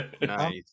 nice